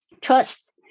trust